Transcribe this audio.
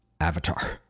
Avatar